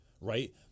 right